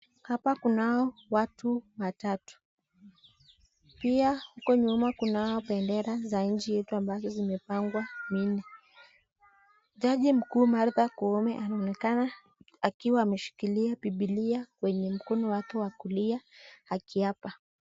Hapa kunao watu watatu, pia huko nyuma kunao bendera za nchi yetu ambazo zimepangwa minne, jaji mkuu Martha Koome anaonekana akiwa ameshikilia bibilia kwenye mkono wake wa kulia akiapa.